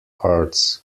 arts